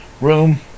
room